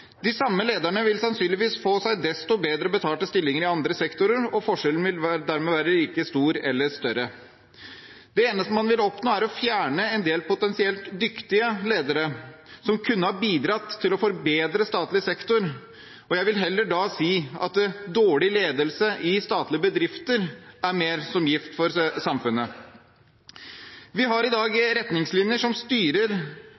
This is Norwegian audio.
De samme lederne ville sannsynligvis fått seg desto bedre betalte stillinger i andre sektorer, og forskjellene ville dermed vært like store eller større. Det eneste man vil oppnå, er å fjerne en del potensielt dyktige ledere som kunne ha bidratt til å forbedre statlig sektor. Jeg vil heller si at dårlig ledelse av statlige bedrifter er mer som gift for samfunnet. Vi har i dag